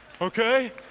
Okay